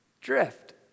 drift